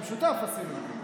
במשותף עשינו אותו.